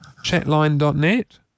Chatline.net